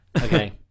okay